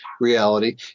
reality